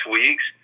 weeks